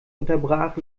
unterbrach